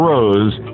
Rose